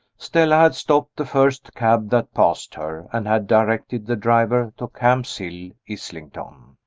stella had stopped the first cab that passed her, and had directed the driver to camp's hill, islington.